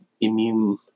immune